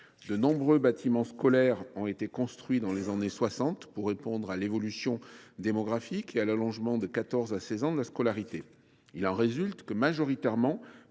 De nombreux bâtiments scolaires ont été construits dans les années 1960 pour répondre à l’évolution démographique et à l’allongement de 14 à 16 ans de la scolarité obligatoire. Majoritairement